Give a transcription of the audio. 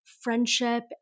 friendship